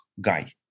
guy